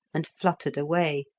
and fluttered away